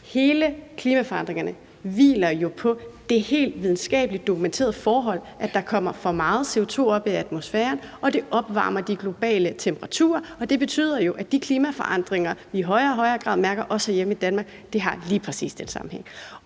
Klimaforandringerne hviler jo på det helt videnskabeligt dokumenterede forhold, at der kommer for meget CO2 op i atmosfæren og det hæver de globale temperaturer. Det betyder jo, at de klimaforandringer, vi i højere og højere grad mærker, også herhjemme i Danmark, lige præcis hænger sammen